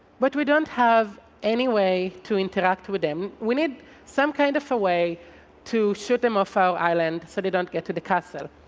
but we don't have any way to interact with them. we need some kind of a way to shoot them off our island so they don't get to the castle.